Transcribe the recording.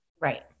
Right